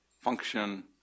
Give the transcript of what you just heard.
function